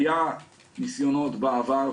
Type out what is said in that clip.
היו ניסיונות בעבר,